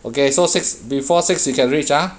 okay so six before six you can reach ah